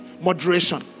Moderation